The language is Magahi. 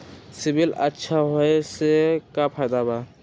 सिबिल अच्छा होऐ से का फायदा बा?